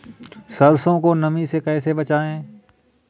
सरसो को नमी से कैसे बचाएं?